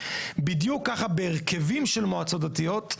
בדיוק ככה בהרכבים של מועצות דתיות,